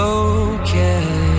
okay